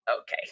Okay